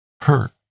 hurt